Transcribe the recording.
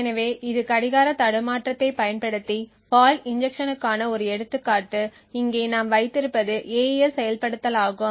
எனவே இது கடிகார தடுமாற்றத்தைப் பயன்படுத்தி ஃபால்ட் இன்ஜெக்ஷன்க்கான ஒரு எடுத்துக்காட்டு இங்கே நாம் வைத்திருப்பது AES செயல்படுத்தலாகும்